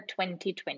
2020